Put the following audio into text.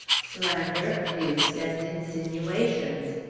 slander, abuse, and insinuations.